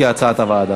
בעד,